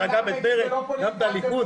זה לא פוליטיקה, זה מורשת.